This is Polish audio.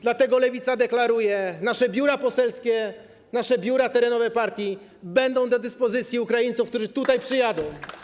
Dlatego Lewica deklaruje: nasze biura poselskie, nasze biura terenowe partii będą do dyspozycji Ukraińców, którzy tutaj przyjadą.